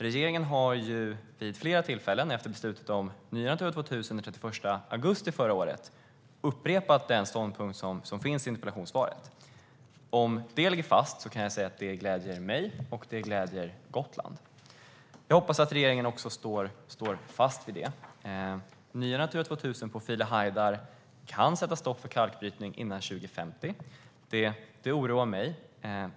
Regeringen har vid flera tillfällen efter beslutet om nya Natura 2000-områden den 31 augusti förra året upprepat den ståndpunkt som finns i interpellationssvaret. Om den ligger fast kan jag säga att det gläder mig och Gotland. Jag hoppas att regeringen står fast vid detta. Nya Natura 2000-områden på File Hajdar kan sätta stopp för kalkbrytning före 2050. Det oroar mig.